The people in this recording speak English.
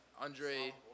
Andre –